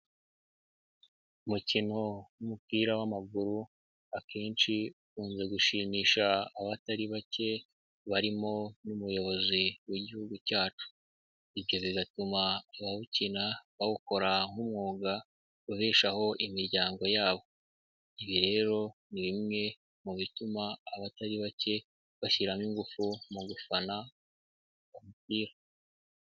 Umukino w'umupira w'amaguru akenshi ukunze gushimisha abatari bake, barimo n'umuyobozi w'igihugu cyacu. Ibyo bigatuma abawukina bawukora nk'umwuga ubeshaho imiryango yabo. Ibi rero ni bimwe mu bituma abatari bake bashyiramo ingufu mu gufana umupira.